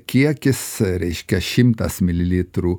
kiekis reiškia šimtas mililitrų